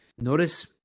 Notice